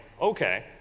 okay